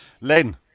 Len